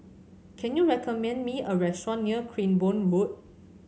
can you recommend me a restaurant near Cranborne Road